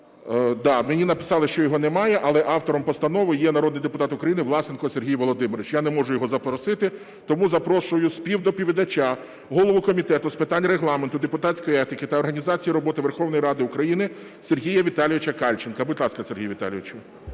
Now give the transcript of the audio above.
Да, мені написали, що його немає, але автором постанови є народний депутат України Власенко Сергій Володимирович. Я не можу його запросити, тому запрошую співдоповідача – голову Комітету з питань Регламенту, депутатської етики та організації роботи Верховної Ради України Сергія Віталійовича Кальченка. Будь ласка, Сергію Віталійовичу.